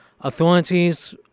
authorities